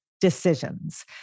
decisions